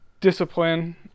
discipline